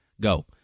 Go